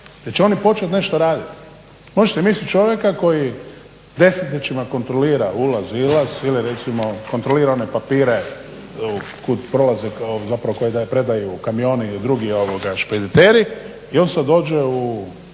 će oni počet nešto raditi. Možete misliti čovjeka koji desetljećima kontrolira ulaz, izlaz ili recimo kontrolira one papire kud prolaze zapravo kojega predaju kamioni ili drugi špediteri. I on sad dođe u